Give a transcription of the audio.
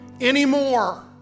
anymore